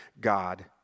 God